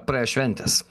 praėjo šventės